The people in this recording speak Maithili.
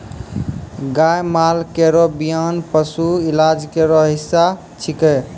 गाय माल केरो बियान पशु इलाज केरो हिस्सा छिकै